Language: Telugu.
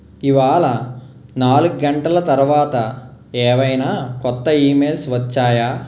ఇవాళ నాలుగు గంటల తరువాత ఏవైనా క్రొత్త ఈమెయిల్స్ వచ్చాయా